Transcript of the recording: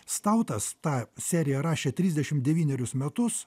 stautas tą seriją rašė trisdešim devynerius metus